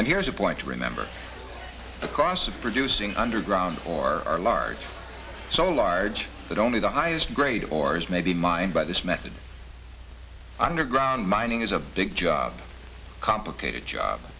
and here's a point to remember the cost of producing underground or are large so large that only the highest grade of ores may be mined by this method underground mining is a big job complicated job